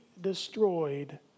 destroyed